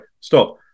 stop